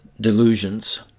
delusions